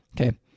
Okay